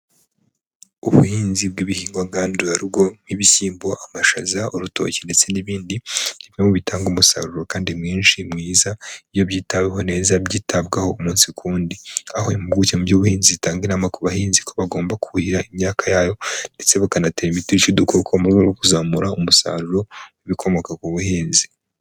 Ubuhinzi bw'ibihingwa ngandurarugo nk'ibishyimbo, amashaza, urutoki ndetse n'ibindi ni bimwe mu bitanga umusaruro kandi mwinshi mwiza iyo byitaweho neza byitabwaho umunsi ku wundi, aho impuguke mu by'ubuhinzi zitanga inama ku bahinzi ko bagomba kuhira imyaka yayo ndetse bukanatera imiti yica udukoko mu rwego rwo kuzamura umusaruro w'ibikomoka ku buhinzi.